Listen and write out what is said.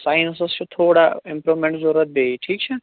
ساینَسَس چھِ تھوڑا اِمپرومٮ۪نٹ ضروٗرت بیٚیہِ ٹھیٖک چھا